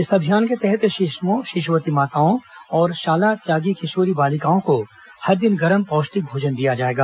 इस अभियान के तहत शिशुओं शिशुवती माताओं और शाला त्यागी किशोरी बालिकाओं को हर दिन गरम पौष्टिक भोजन दिया जाएगा